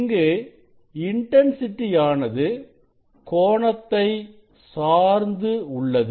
இங்கு இன்டன்சிட்டி ஆனது கோணத்தை சார்ந்து உள்ளது